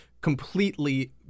completely